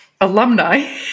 alumni